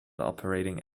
operating